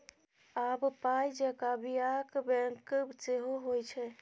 आब पाय जेंका बियाक बैंक सेहो होए छै